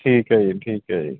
ਠੀਕ ਹੈ ਠੀਕ ਹੈ ਜੀ